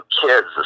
kids